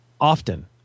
often